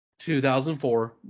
2004